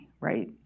right